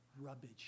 rubbish